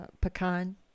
pecan